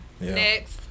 Next